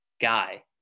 guy